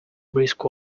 brisk